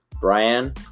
Brian